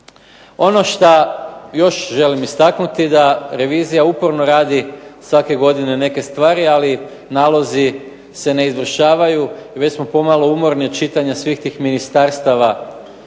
Ono šta još želim istaknuti je da revizija uporno radi svake godine neke stvari, ali nalozi se ne izvršavaju. Već smo pomalo umorni od čitanja svih tih ministarstava